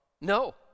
No